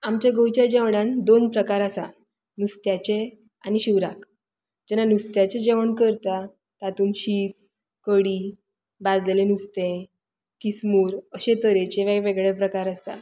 आमच्या गोंयच्या जेवणान दोन प्रकार आसा नुस्त्याचें आनी शिवराक जेन्ना नुस्त्याचें जेवण करता तातूंत शीत कडी भाजिल्लें नुस्तें किसमूर अशे तरेचे वेगवेगळे प्रकार आसता